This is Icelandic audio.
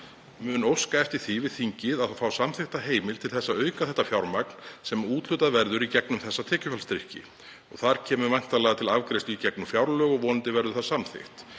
mun óska eftir því við þingið að fá samþykkta heimild til þess að auka það fjármagn sem úthlutað verður í gegnum þessa tekjufallsstyrki og það kemur væntanlega til afgreiðslu í gegnum fjárlög og vonandi verður það samþykkt.“